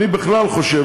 אני בכלל חושב,